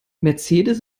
mercedes